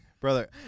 Brother